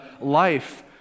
life